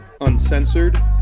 uncensored